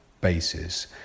basis